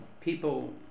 people